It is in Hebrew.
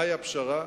מהי הפשרה?